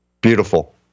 beautiful